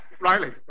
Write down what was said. Riley